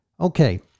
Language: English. okay